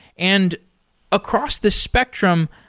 and across this spectrum,